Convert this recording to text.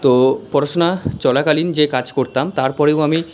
তো পড়শুনা চলাকালীন যে কাজ করতাম তারপরেও আমি